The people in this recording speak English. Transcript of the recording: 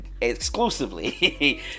exclusively